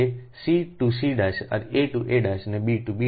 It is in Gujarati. તો c to c a to a અને b ટુ b